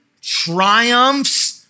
triumphs